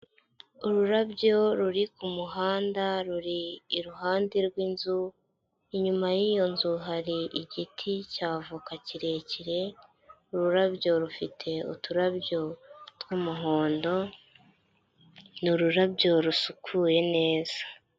Ururabyo ruri ku muhanda, ruri iruhande rw'inzu, inyuma y'iyo nzu hari igiti cya voka kirekire, ururabyo rufite uturabyo tw'umuhondo, ni ururabyo rusukuye neza.